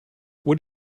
what